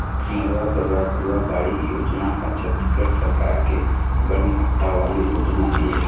नरूवा, गरूवा, घुरूवा, बाड़ी योजना ह छत्तीसगढ़ सरकार के बड़ महत्ता वाले योजना ऐ